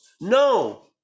No